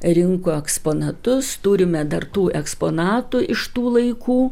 rinko eksponatus turime dar tų eksponatų iš tų laikų